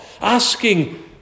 Asking